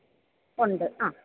ഉണ്ട് ആ